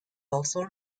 also